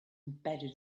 embedded